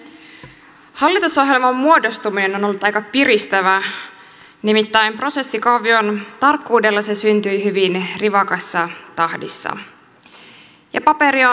hallitusohjelman muodostuminen on ollut aika piristävää nimittäin prosessikaavion tarkkuudella se syntyi hyvin rivakassa tahdissa ja paperi on hyvä